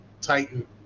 titan